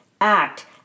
Act